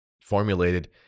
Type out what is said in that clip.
formulated